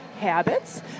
habits